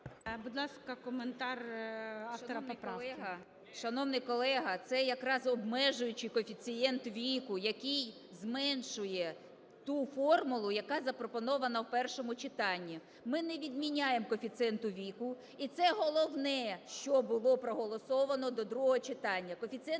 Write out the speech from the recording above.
Шановний колего, це якраз обмежуючий коефіцієнт віку, який зменшує ту формулу, яка запропонована в першому читанні. Ми не відміняємо коефіцієнту віку, і це головне, що було проголосоване до другого читання.